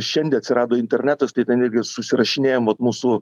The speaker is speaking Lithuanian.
šiandien atsirado internetas tai ten irgi susirašinėjam vat mūsų